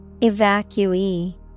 Evacuee